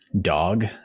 dog